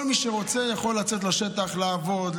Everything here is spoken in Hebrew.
כל מי שרוצה יכול לצאת לשטח לעבוד,